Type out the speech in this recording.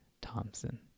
Thompson